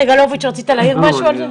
סגלוביץ', רצית להעיר משהו על זה?